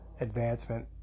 advancement